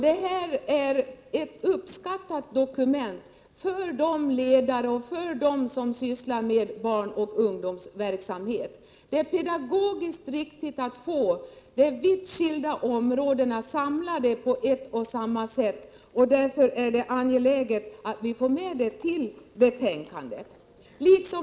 Det handlar om ett uppskattat dokument för de ledare och andra som sysslar med barnoch ungdomsverksamhet. Det är pedagogiskt riktigt att få de vitt skilda områdena samlade, och det är angeläget att medel avsätts.